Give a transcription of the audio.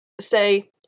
say